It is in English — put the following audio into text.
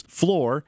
floor